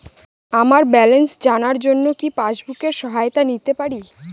আমার ব্যালেন্স জানার জন্য কি পাসবুকের সহায়তা নিতে পারি?